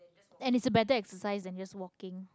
and it's a better exercise than just walking